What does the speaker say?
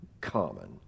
common